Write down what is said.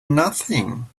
nothing